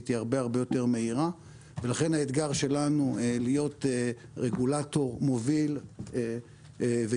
הרבה יותר מהירים ולכן האתגר שלנו להיות רגולטור מוביל ויוזם